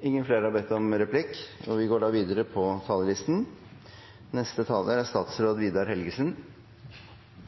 Replikkordskiftet er